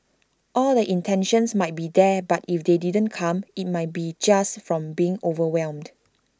all the intentions might be there but if they didn't come IT might be just from being overwhelmed